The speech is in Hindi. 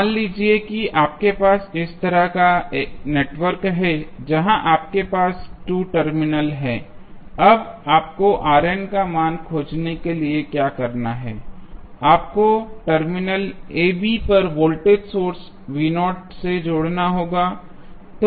मान लीजिए कि आपके पास इस तरह का नेटवर्क है जहां आपके पास 2 टर्मिनल हैं अब आपको का मान खोजने के लिए क्या करना है आपको टर्मिनल ab पर वोल्टेज सोर्स से जोड़ना होगा